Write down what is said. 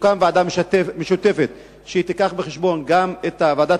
שתוקם ועדה משותפת שתביא בחשבון גם את ועדת